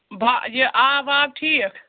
با یہِ آب واب ٹھیٖک